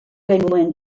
genuen